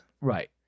Right